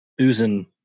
oozing